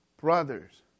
brothers